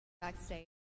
Backstage